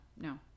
no